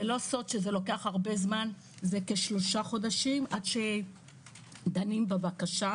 לא סוד שזה לוקח זמן רב כשלושה חודשים עד שדנים בבקשה.